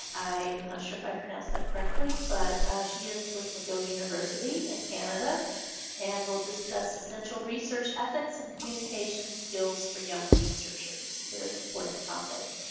i not sure if i pronounced that correctly, but she is with mcgill university in canada and we'll discuss essential research ethics and communication skills for young researchers, a very important topic.